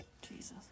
Jesus